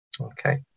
Okay